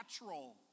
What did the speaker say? natural